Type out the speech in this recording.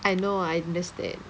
I know I understand